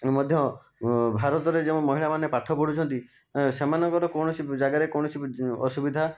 ଏଣୁ ମଧ୍ୟ ଭାରତରେ ଯେଉଁ ମହିଳାମାନେ ପାଠ ପଢ଼ୁଛନ୍ତି ସେମାନଙ୍କର କୌଣସି ଜାଗାରେ କୌଣସି ଅସୁବିଧା